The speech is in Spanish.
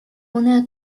una